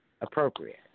appropriate